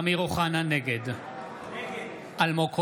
אמיר אוחנה, נגד אלמוג כהן,